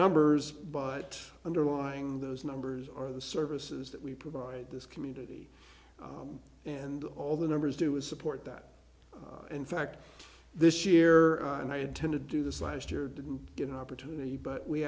numbers but underlying those numbers are the services that we provide this community and all the numbers do is support that in fact this year and i intend to do this last year did we get an opportunity but we